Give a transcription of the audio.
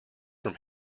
from